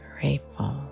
grateful